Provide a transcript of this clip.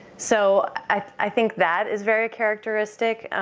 so i think that is very characteristic.